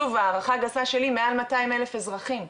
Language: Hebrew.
שוב הערכה גסה שלי מעל 200,000 אזרחים.